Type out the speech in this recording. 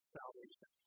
salvation